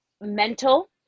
mental